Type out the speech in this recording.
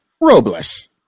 robles